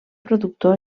productor